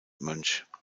mönch